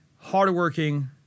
hardworking